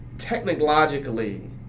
technologically